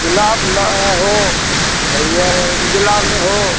गुलाब लाया हो या उजला में हो